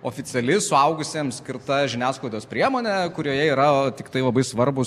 oficiali suaugusiems skirta žiniasklaidos priemonė kurioje yra tiktai labai svarbūs